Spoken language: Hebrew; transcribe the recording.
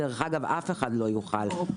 דרך אגב, אף אחד לא יוכל לעמוד בזה.